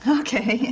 okay. (